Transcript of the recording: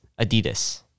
Adidas